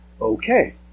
okay